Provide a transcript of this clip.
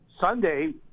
Sunday